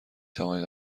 توانید